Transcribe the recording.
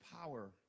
power